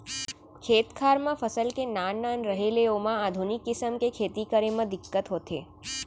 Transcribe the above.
खेत खार म फसल के नान नान रहें ले ओमा आधुनिक किसम के खेती करे म दिक्कत होथे